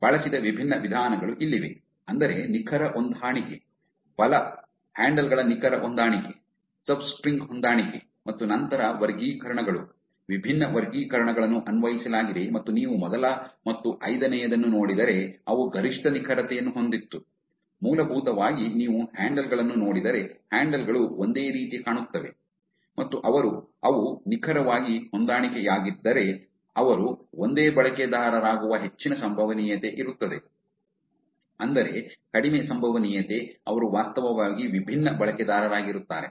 ಬಳಸಿದ ವಿಭಿನ್ನ ವಿಧಾನಗಳು ಇಲ್ಲಿವೆ ಅಂದರೆ ನಿಖರ ಹೊಂದಾಣಿಕೆ ಬಲ ಹ್ಯಾಂಡಲ್ ಗಳ ನಿಖರ ಹೊಂದಾಣಿಕೆ ಸಬ್ಸ್ಟ್ರಿಂಗ್ ಹೊಂದಾಣಿಕೆ ಮತ್ತು ನಂತರ ವರ್ಗೀಕರಣಗಳು ವಿಭಿನ್ನ ವರ್ಗೀಕರಣಗಳನ್ನು ಅನ್ವಯಿಸಲಾಗಿದೆ ಮತ್ತು ನೀವು ಮೊದಲ ಮತ್ತು ಐದನೆಯದನ್ನು ನೋಡಿದರೆ ಅವು ಗರಿಷ್ಟ ನಿಖರತೆಯನ್ನು ಹೊಂದಿತ್ತು ಮೂಲಭೂತವಾಗಿ ನೀವು ಹ್ಯಾಂಡಲ್ ಗಳನ್ನು ನೋಡಿದರೆ ಹ್ಯಾಂಡಲ್ ಗಳು ಒಂದೇ ರೀತಿ ಕಾಣುತ್ತವೆ ಮತ್ತು ಅವು ನಿಖರವಾಗಿ ಹೊಂದಾಣಿಕೆಯಾಗಿದ್ದರೆ ಅವರು ಒಂದೇ ಬಳಕೆದಾರರಾಗುವ ಹೆಚ್ಚಿನ ಸಂಭವನೀಯತೆ ಇರುತ್ತದೆ ಅಂದರೆ ಕಡಿಮೆ ಸಂಭವನೀಯತೆ ಅವರು ವಾಸ್ತವವಾಗಿ ವಿಭಿನ್ನ ಬಳಕೆದಾರರಾಗಿರುತ್ತಾರೆ